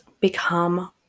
become